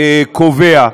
שקובע.